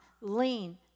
lean